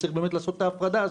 וצריך לעשות את ההפרדה.